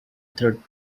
third